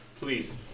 please